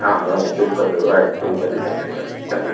आं हय तुमकां दिता तुमकां दिता पेपर सांगा